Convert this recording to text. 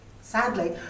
Sadly